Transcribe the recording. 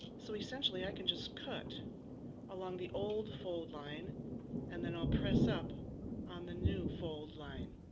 so essentially i can just cut along the old fold line and then i'll press up on the new fold line.